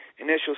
initial